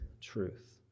truth